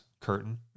curtain